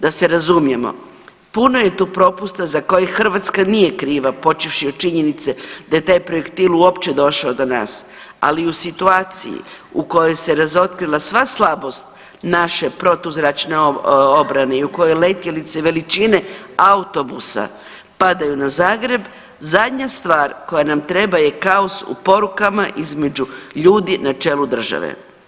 Da se razumijemo, puno je tu propusta za koje Hrvatska nije kriva počevši od činjenice da je taj projektil uopće došao do nas, ali i u situaciji u kojoj se razotkrila sva slabost naše protuzračne obrane i u kojoj letjelice veličine autobusa padaju na Zagreb zadnja stvar koja nam treba je kaos u porukama između ljudi na čelu države.